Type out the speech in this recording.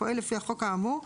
הפועל לפי החוק האמור,